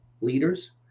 leaders